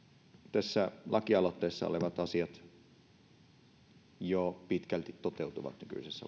tässä lakialoitteessa olevat asiat jo pitkälti toteutuvat nykyisessä lainsäädännössä